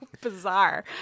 bizarre